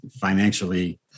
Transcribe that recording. financially